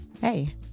Hey